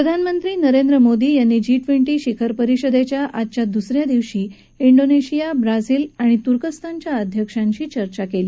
प्रधानमंत्री नरेंद्र मोदी यांनी G twenty शिखर परिषदेच्या आजच्या दुस या दिवशी डीनेशिया ब्राझिल आणि तुर्कस्तानच्या अध्यक्षांशी चर्चा केली